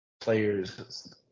players